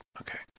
okay